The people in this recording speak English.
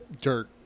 dirt